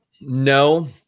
No